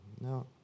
no